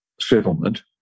settlement